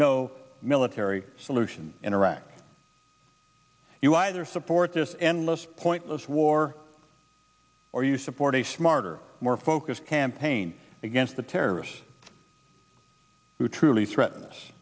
no military solution in iraq you either support this endless pointless war or you support a smarter more focused campaign against the terrorists who truly threaten us